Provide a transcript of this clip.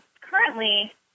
Currently